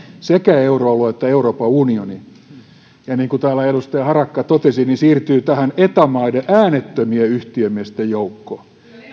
sekä euroalueen että euroopan unionin ja niin kuin täällä edustaja harakka totesi siirtyy eta maiden äänettömien yhtiömiesten joukkoon